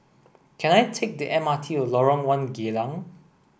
can I take the M R T to Lorong one Geylang